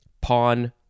Pawn